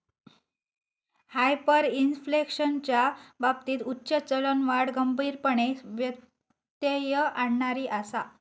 हायपरइन्फ्लेशनच्या बाबतीत उच्च चलनवाढ गंभीरपणे व्यत्यय आणणारी आसा